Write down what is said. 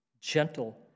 Gentle